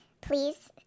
please